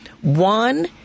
one